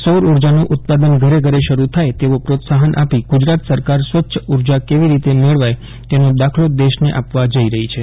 સૌર ઊર્જાનું ઉત્પાદન ઘરે ઘરે શરૂ થાય તેવા પ્રોત્સાફન આપી ગુજરાત સરકાર ઊર્જા કેવી રીતે મેળવાય તેનો દાખલો દેશને આપવા જઈ રફી છે